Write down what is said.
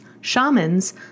shamans